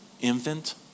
infant